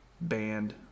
band